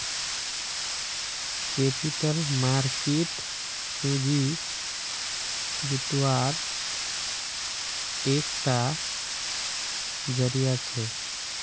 capital market पूँजी जुत्वार एक टा ज़रिया छे